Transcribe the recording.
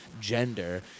gender